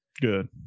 Good